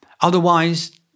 Otherwise